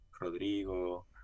Rodrigo